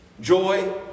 Joy